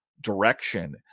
direction